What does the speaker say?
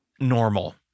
normal